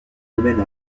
domaine